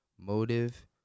motive